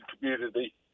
community